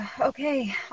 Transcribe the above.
Okay